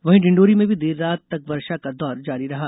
वहीं डिण्डौरी में भी देर रात तक वर्षा का दौर जारी रहा